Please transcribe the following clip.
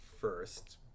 first